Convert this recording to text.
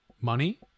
money